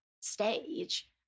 stage